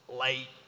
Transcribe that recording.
late